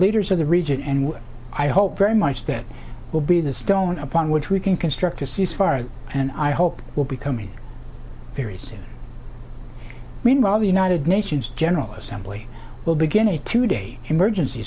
leaders of the region and i hope very much that will be the stone upon which we can construct a ceasefire and i hope it will be coming very soon meanwhile the united nations general assembly will begin a two day emergency